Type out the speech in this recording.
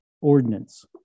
ordinance